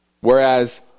Whereas